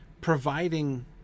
providing